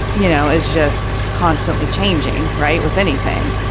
you know, is just constantly changing. right. with anything.